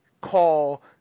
call